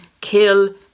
kill